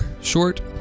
short